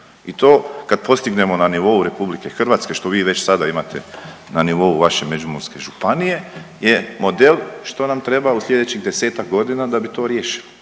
I to kad postignemo na nivou Republike Hrvatske što vi već sada imate na nivou vaše Međimurske županije je model što nam treba u sljedećih desetak godina da bi to riješili.